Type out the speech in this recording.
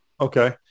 Okay